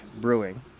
brewing